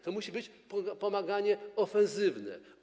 To musi być pomaganie ofensywne.